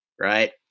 right